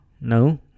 No